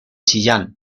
chillán